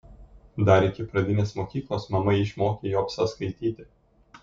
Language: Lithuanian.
dar iki pradinės mokyklos mama išmokė jobsą skaityti